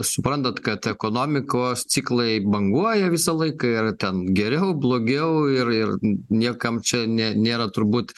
suprantat kad ekonomikos ciklai banguoja visą laiką yra ten geriau blogiau ir ir niekam čia nė nėra turbūt